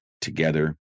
together